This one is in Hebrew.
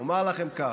אומר לכם כך: